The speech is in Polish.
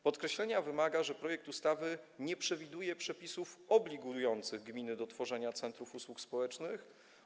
Podkreślenia wymaga, że projekt ustawy nie przewiduje przepisów obligujących gminy do tworzenia centrów usług społecznych.